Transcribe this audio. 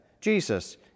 Jesus